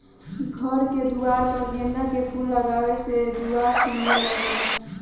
घर के दुआर पर गेंदा के फूल लगावे से दुआर सुंदर लागेला